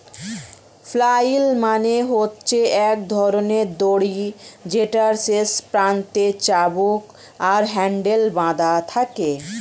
flail মানে হচ্ছে এক ধরণের দড়ি যেটার শেষ প্রান্তে চাবুক আর হ্যান্ডেল বাধা থাকে